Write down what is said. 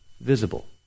visible